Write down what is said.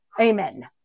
Amen